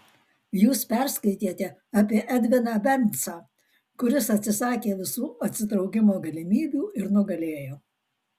jūs perskaitėte apie edviną bernsą kuris atsisakė visų atsitraukimo galimybių ir nugalėjo